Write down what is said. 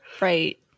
Right